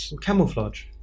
Camouflage